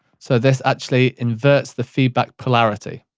so this actually converts the feedback polarity.